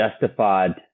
justified